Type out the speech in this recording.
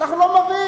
אנחנו לא מביאים.